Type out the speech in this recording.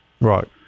Right